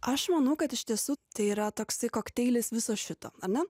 aš manau kad iš tiesų tai yra toksai kokteilis viso šito ane